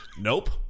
Nope